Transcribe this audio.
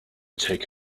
take